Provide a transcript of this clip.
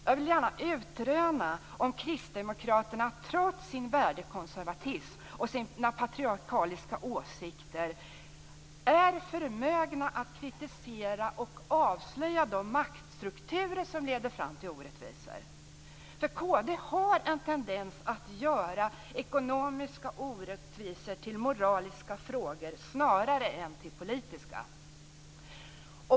Jag vill gärna utröna om Kristdemokraterna, trots sin värdekonservatism och sina patriarkaliska åsikter, är förmögna att kritisera och avslöja de maktstrukturer som leder fram till orättvisor. Kd har en tendens att göra ekonomiska orättvisor till moraliska frågor snarare än till politiska.